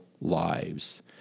lives